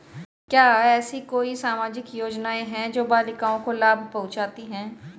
क्या ऐसी कोई सामाजिक योजनाएँ हैं जो बालिकाओं को लाभ पहुँचाती हैं?